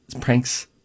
Pranks